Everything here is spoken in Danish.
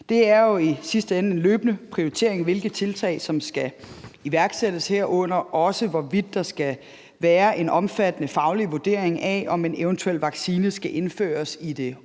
Det er jo i sidste ende en løbende prioritering, hvilke tiltag der skal iværksættes, herunder også hvorvidt også skal være en omfattende faglig vurdering af, om en eventuel vaccine skal indføres i det